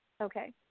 Okay